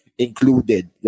included